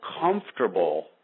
comfortable